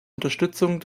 unterstützung